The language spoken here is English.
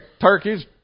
turkeys